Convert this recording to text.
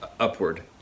upward